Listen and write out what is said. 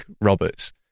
Roberts